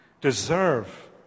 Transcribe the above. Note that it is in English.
deserve